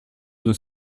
nos